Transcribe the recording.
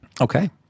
Okay